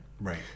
Right